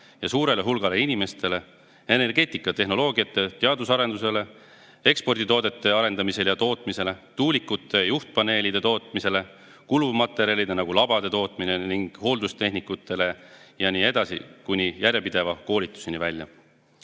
ja suurele hulgale inimestele, energeetikatehnoloogiate teadus- ja arendustegevusele, eksporditoodete arendamisele ja tootmisele, tuulikute juhtpaneelide tootmisele, selliste kulumaterjalide nagu labade tootmisele ning hooldustehnikutele ja nii edasi kuni järjepideva koolituseni välja.